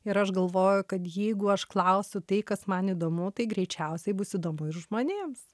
ir aš galvoju kad jeigu aš klausiu tai kas man įdomu tai greičiausiai bus įdomu ir žmonėms